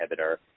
inhibitor